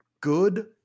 good